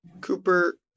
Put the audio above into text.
Cooper